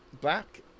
black